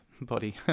body